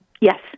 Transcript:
Yes